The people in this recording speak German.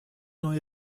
neue